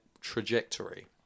trajectory